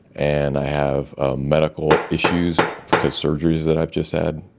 and i have ah medical issues because surgeries that i've just had,